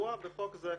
כקבוע בחוק זה.